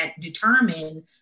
determine